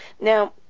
now